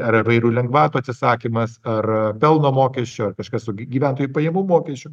ar įvairių lengvatų atsisakymas ar pelno mokesčio ar kažkas su gyventojų pajamų mokesčiu